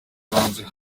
z’ibanze